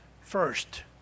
first